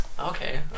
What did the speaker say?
Okay